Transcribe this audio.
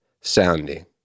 sounding